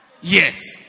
Yes